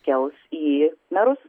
kels į merus